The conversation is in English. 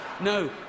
no